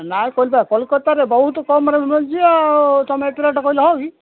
ନାଇଁ କହିଲି ପା କଲିକତାରେ ବହୁତ କମରେ ମିଳୁଛି ଆଉ ତୁମେ ଏତେ ରେଟ୍ କହିଲେ ହେବ